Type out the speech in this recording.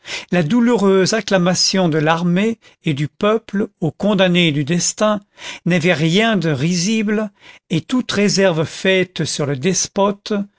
la douloureuse acclamation de l'armée et du peuple au condamné du destin n'avait rien de risible et toute réserve faite sur le despote